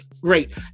great